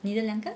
你的两个